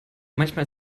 manchmal